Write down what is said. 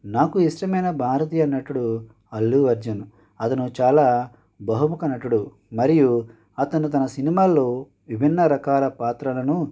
నాకు ఇష్టమైన భారతీయ నటుడు అల్లుఅర్జున్ అతడు చాలా బహుముఖ నటుడు మరియు అతను తన సినిమాల్లో విభిన్న రకాల పాత్రలను